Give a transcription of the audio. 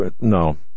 no